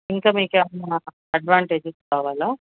ఇంకా మీకు ఏమన్నా అడ్వాంటేజెస్ కావాలా